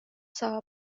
saab